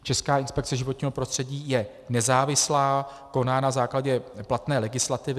Česká inspekce životního prostředí je nezávislá, koná na základě platné legislativy.